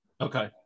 Okay